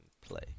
play